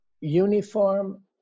uniform